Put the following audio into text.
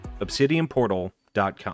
ObsidianPortal.com